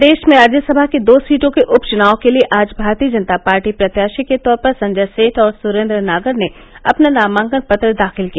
प्रदेश में राज्यसभा की दो सीटो के उप चुनाव के लिए आज भारतीय जनता पार्टी प्रत्याशी के तौर पर संजय सेठ और सुरेन्द्र नागर ने अपना नामांकन पत्र दाखिल किया